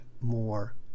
more